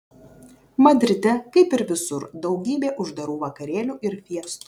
madride kaip ir visur daugybė uždarų vakarėlių ir fiestų